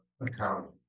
account